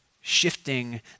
shifting